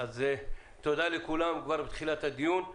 תודה לכולם כבר בתחילת הדיון.